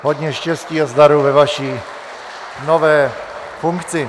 Hodně štěstí a zdaru ve vaší nové funkci.